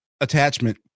attachment